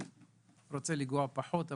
רוצה לגעת פחות בסטטיסטיקות,